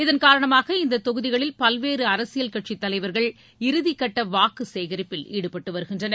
இதன்காரணமாக இந்த தொகுதிகளில் பல்வேறு அரசியல் கட்சி தலைவர்கள் இறுதிகட்ட வாக்கு சேகரிப்பில் ஈடுபட்டு வருகின்றனர்